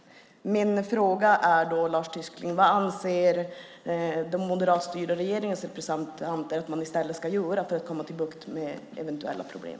Vad anser den moderatstyrda regeringens representanter, Lars Tysklind, att man i stället ska göra för att få bukt med eventuella problem?